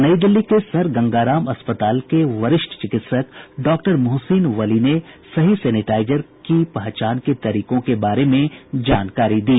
नई दिल्ली के सर गंगा राम अस्पताल के वरिष्ठ चिकित्सक डॉक्टर मोहसिन वली ने सही सेनेटाईजर की पहचान के तरीकों के बारे में जानकारी दी